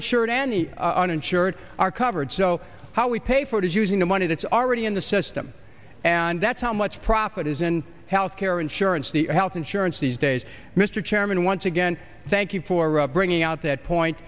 insured any uninsured are covered so how we pay for it is using the money that's already in the system and that's how much profit is in health care insurance the health insurance these days mr chairman once again thank you for bringing out that point